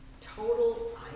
total